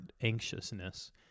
anxiousness